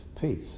peace